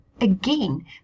Again